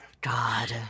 God